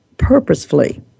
purposefully